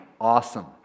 awesome